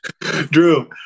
Drew